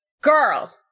girl